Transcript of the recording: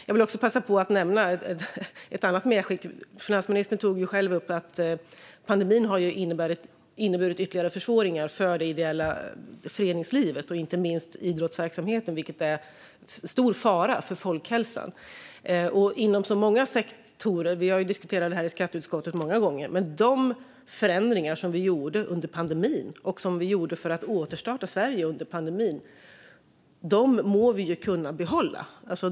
Jag vill också passa på att nämna ett annat medskick. Finansministern tog själv upp att pandemin har inneburit ytterligare försvåringar för det ideella föreningslivet. Det gäller inte minst idrottsverksamheten, vilket är en stor fara för folkhälsan. Vi har diskuterat detta i skatteutskottet många gånger. De förändringar som vi gjorde under pandemin och för att återstarta Sverige under pandemin må vi kunna behålla.